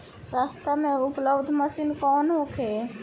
सस्ता में उपलब्ध मशीन कौन होखे?